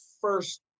first